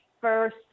first